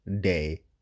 day